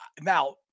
now